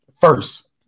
first